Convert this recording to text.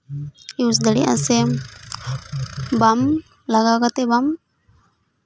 ᱤᱭᱩᱥ ᱫᱟᱲᱮᱭᱟᱜᱼᱟ ᱥᱮ ᱵᱟᱢ ᱞᱟᱜᱟᱣ ᱠᱟᱛᱮᱫ ᱵᱟᱢ